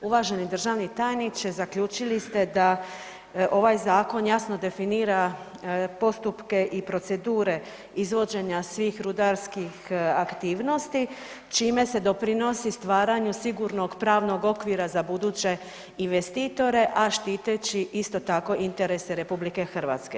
Uvaženi državni tajniče, zaključili ste da ovaj zakon jasno definira postupke i procedure izvođenja svih rudarskih aktivnosti čime se doprinosi stvaranju sigurnog pravnog okvira za buduće investitore, a štiteći isto tako interese RH.